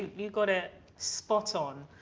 you've got a spot on?